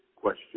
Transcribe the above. question